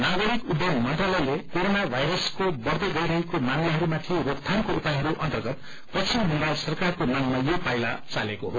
नागरिक उह्वयन मंत्रालयले कोरोना वायरसको बढ़दै गइरहेको मामिलाहरूमाथि रोकथामको उपायहरू अर्न्तगत पश्चिम बंगाल सरकारको मांगमा यो पाइला चालेको हो